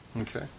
Okay